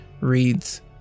reads